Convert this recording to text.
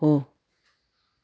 हो